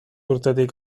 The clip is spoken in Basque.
urtetatik